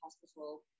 hospital